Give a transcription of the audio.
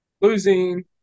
Losing